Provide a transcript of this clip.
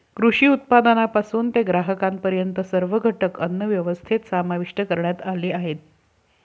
कृषी उत्पादनापासून ते ग्राहकांपर्यंत सर्व घटक अन्नव्यवस्थेत समाविष्ट करण्यात आले आहेत